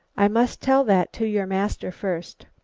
i must tell that to your master first.